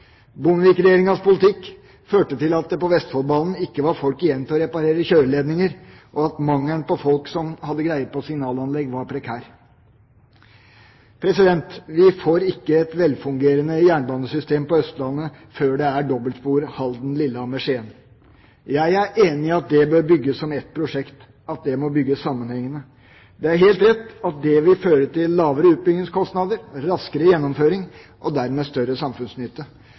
politikk førte til at det på Vestfoldbanen ikke var folk igjen til å reparere kjøreledninger, og at mangelen på folk som hadde greie på signalanlegg, var prekær. Vi får ikke et velfungerende jernbanesystem på Østlandet før vi får dobbeltspor på strekningen Halden–Lillehammer–Skien. Jeg er enig i at det bør bygges som ett prosjekt – sammenhengende. Det er helt rett at det vil føre til lavere utbyggingskostnader, raskere gjennomføring og dermed større samfunnsnytte.